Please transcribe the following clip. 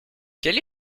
quelle